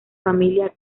familia